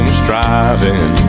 striving